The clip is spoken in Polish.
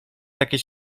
takie